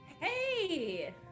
Hey